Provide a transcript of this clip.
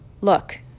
Look